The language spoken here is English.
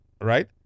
Right